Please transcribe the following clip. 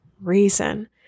reason